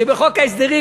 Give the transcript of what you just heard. שבחוק ההסדרים,